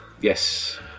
Yes